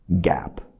gap